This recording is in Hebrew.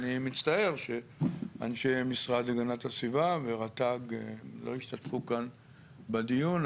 אני מצטער שאנשי המשרד להגנת הסביבה ורט"ג לא השתתפו כאן בדיון,